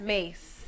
Mace